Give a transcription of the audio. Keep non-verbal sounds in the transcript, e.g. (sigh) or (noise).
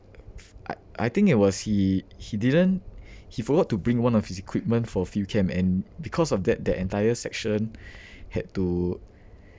I I think it was he he didn't (breath) he forgot to bring one of his equipment for field camp and because of that the entire section (breath) had to